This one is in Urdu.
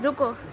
رکو